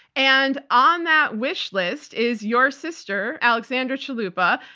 and on that wish list is your sister, alexandra chalupa,